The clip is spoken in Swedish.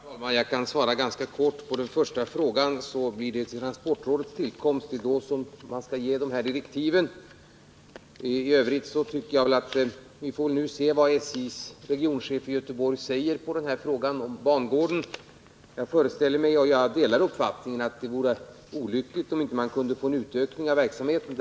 Herr talman! Jag kan svara ganska kort. På den första frågan: Det blir vid transportrådets tillkomst som man skall ge dessa direktiv. Jag delar uppfattningen att det vore olyckligt om man på grund av brist på kapacitet hos järnvägen inte kunde få en utökning av verksamheten.